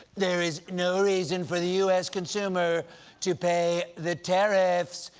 their is no reason for the u s. consumer to pay the tariffs,